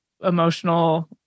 emotional